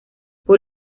por